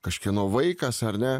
kažkieno vaikas ar ne